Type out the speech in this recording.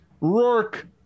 Rourke